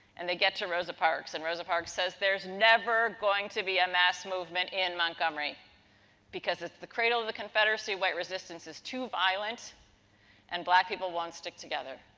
and, they get to rosa parks. and rosa parks says there's never going to be a mass movement in montgomery because it's the cradle of the confederacy white resistance is too violent and black people won't stick together.